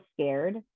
scared